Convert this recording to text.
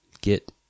get